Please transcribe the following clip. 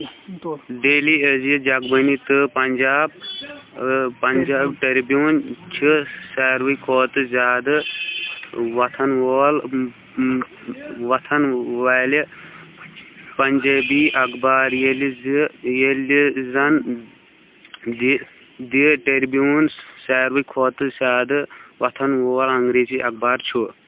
daily Ajit Jagbani تہٕ Punjab Punjab Tribune چھِ ساروِی کھۄتہٕ زیادٕ وۄتَھن وول وۄتھن والہِ پنجٲبی اخبار ییٚلہِ زِ ییٚلہِ زن دی ٹریبیون ساروِی کھۄتہٕ زیادٕ وۄتھَن وول انگریزی اخبار چھُ